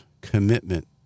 commitment